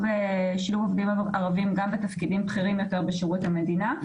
עובדים ערבים גם בתפקידים בכירים יותר בשירות המדינה,